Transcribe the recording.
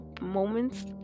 moments